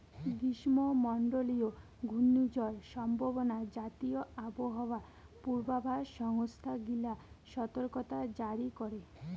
গ্রীষ্মমণ্ডলীয় ঘূর্ণিঝড় সম্ভাবনা জাতীয় আবহাওয়া পূর্বাভাস সংস্থা গিলা সতর্কতা জারি করে